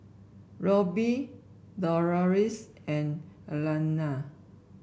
Robbie Deloris and Alana